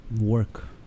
work